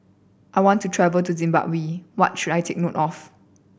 I want to travel to Zimbabwe What should I take note of